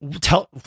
tell